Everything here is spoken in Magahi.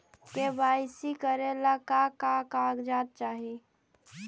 के.वाई.सी करे ला का का कागजात चाही?